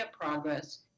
progress